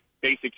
basic